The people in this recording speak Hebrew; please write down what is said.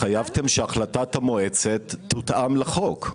התחייבתם שהחלטת המועצת תותאם לחוק.